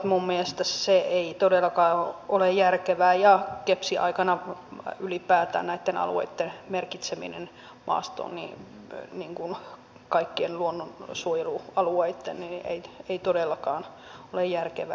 minun mielestäni se ei todellakaan ole järkevää ja gepsin aikana ylipäätään näitten alueitten merkitseminen maastoon kaikkien luonnonsuojelualueitten ei todellakaan ole järkevää